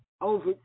over